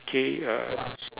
K uh